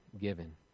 given